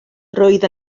roedd